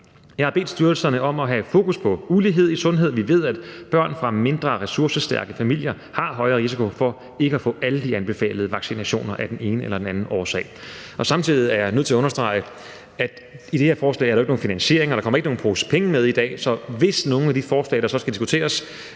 Jeg har bedt styrelsen om at have fokus på ulighed i sundhed. Vi ved, at børn fra mindre ressourcestærke familier har højere risiko for ikke at få alle de anbefalede vaccinationer af den ene eller anden årsag. Samtidig er jeg nødt til at understrege, at i det her forslag er der jo ikke nogen finansiering, og der kommer ikke nogen pose penge med i dag, så hvis nogle af de forslag, der så skal diskuteres,